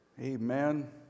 amen